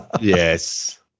yes